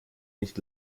nicht